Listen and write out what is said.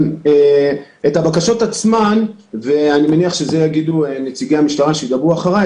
אני מניח שאת זה יגידו נציגי המשטרה שידברו אחריי,